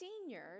seniors